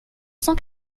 cent